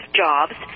jobs